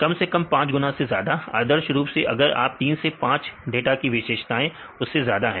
कम से कम 5 गुना से ज्यादा आदर्श रूप से अगर आप 3 से 5 डाटा की विशेषताएं उससे ज्यादा है